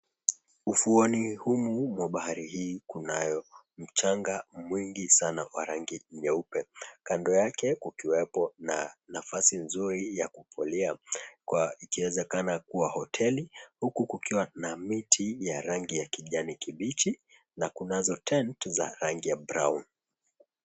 Ufueni humu mwa bahari hii kunayo mchanga mwingi sana wa rangi nyeupe kando yake kukiwepo na nafasi nzuri ya kupolea kwa ikiwezekana kua hoteli huku kukiwa na miti ya rangi ya kijani kibichi na kunazo tent za rangi ya brown .